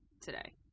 today